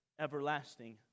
everlasting